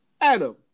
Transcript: Adam